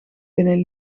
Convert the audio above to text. binnen